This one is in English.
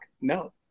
No